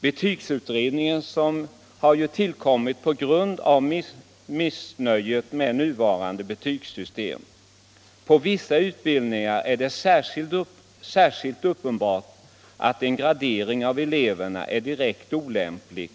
Betygsutredningen har ju tillkommit på grund av missnöjet med nuvarande betvussystem. I fråga om vissa utbildningar är det särskilt uppenbart att en gradering av eleverna är direkt olämplig